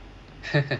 கேட்டுச்சா:kettuchaa